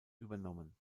übernommen